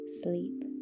sleep